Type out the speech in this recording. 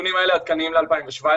הנתונים האלה עדכניים ל-2017,